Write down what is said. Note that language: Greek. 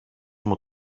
μου